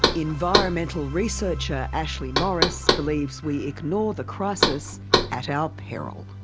environmental researcher ashleigh morris believes we ignore the crisis at our peril.